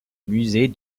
musée